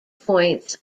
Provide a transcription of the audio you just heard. points